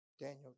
Daniel